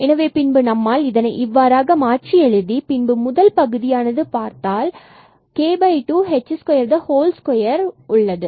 எனவே பின்பு நம்மால் இதனை இவ்வாறாக மாற்றி எழுதி பின்பு முதல் பகுதியை பார்த்தால் இவ்வாறாக k2h22உள்ளது